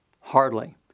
Hardly